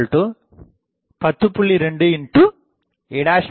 D 10